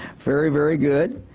very very good.